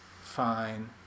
fine